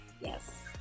yes